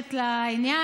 מחויבת לעניין.